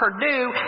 Purdue